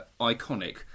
iconic